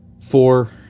Four